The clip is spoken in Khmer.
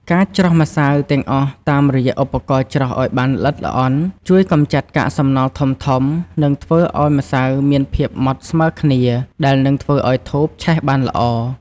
ការច្រោះម្សៅទាំងអស់តាមរយៈឧបករណ៍ច្រោះឱ្យបានល្អិតល្អន់ជួយកម្ចាត់កាកសំណល់ធំៗ និងធ្វើឱ្យម្សៅមានភាពម៉ដ្ឋស្មើគ្នាដែល នឹងធ្វើឱ្យធូបឆេះបានល្អ។